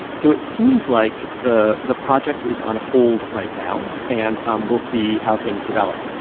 so it seems like the the project is on hold right now, and um we'll see how things develop.